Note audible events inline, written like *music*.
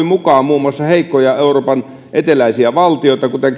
*unintelligible* mukaan muun muassa heikkoja euroopan eteläisiä valtioita kuten *unintelligible*